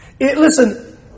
Listen